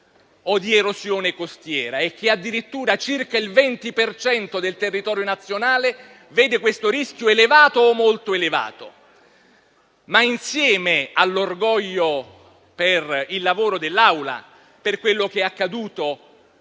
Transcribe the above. o di erosione costiera, e che addirittura circa il 20 per cento del territorio nazionale vede questo rischio elevato o molto elevato. Tuttavia, insieme all'orgoglio per il lavoro dell'Aula e per quello che è accaduto